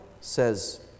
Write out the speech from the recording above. says